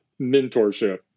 mentorship